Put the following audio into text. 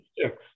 six